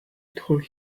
told